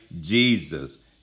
Jesus